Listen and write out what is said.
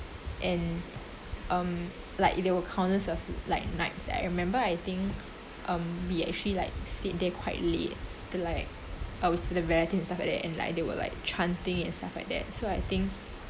and um like there were countless of like nights that I remember I think um we actually like sleep there quietly the like uh with the relatives and stuff like that and like they were like chanting and stuff like that so I think